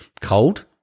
cold